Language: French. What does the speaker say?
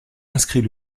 inscrit